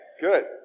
good